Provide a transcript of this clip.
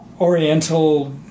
oriental